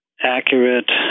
accurate